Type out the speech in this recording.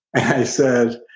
i said,